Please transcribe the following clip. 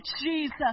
Jesus